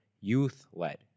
youth-led